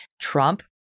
Trump